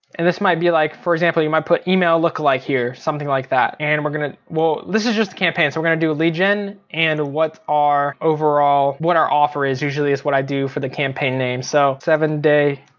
and this might be like for example you might put email lookalike here, something like that. and we're gonna, well this is just a campaign, so we're gonna do a lead gen, and what our overall, what our offer is usually is what i do for the campaign name. so seven day,